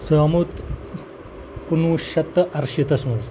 زامُت کُنوُہ شیٚتھ تہٕ اَرشیٖتَس منٛز